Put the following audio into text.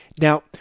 Now